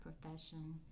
profession